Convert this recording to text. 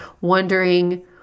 wondering